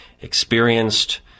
experienced